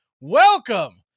Welcome